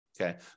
Okay